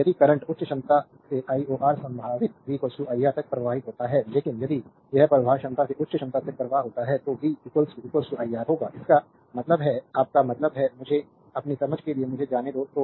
तो यदि करंट उच्च क्षमता से lor संभावित v iR तक प्रवाहित होता है लेकिन यदि यह प्रवाह क्षमता से उच्च क्षमता तक प्रवाहित होता है तो v iR होगा इसका मतलब है आपका मतलब है मुझे अपनी समझ के लिए मुझे जाने दो